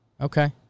Okay